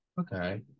Okay